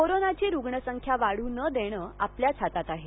कोरोनाची रुग्ण संख्या वाढ नं देणं आपल्याच हातात आहे